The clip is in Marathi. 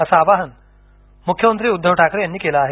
असं आवाहन मुख्यमंत्री उद्दव ठाकरे यांनी केलं आहे